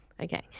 Okay